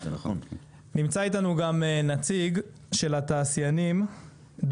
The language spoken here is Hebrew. נמצא איתנו גם נציג של התעשיינים,